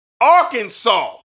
Arkansas